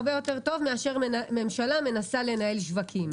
הרבה יותר טוב מאשר ממשלה מנסה לנהל שווקים.